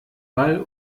ball